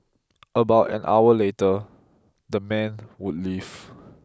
about an hour later the men would leave